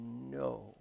No